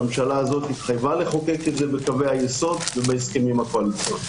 שהממשלה התחייבה לחוקק את זה בקווי היסוד ובהסכמים הקואליציוניים.